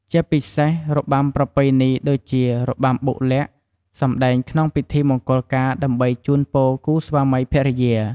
ជាពិសេសរបាំប្រពៃណីដូចជារបាំបុកល័ក្ដ សម្ដែងក្នុងពិធីមង្គលការដើម្បីជូនពរគូស្វាមីភរិយា។